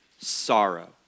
sorrow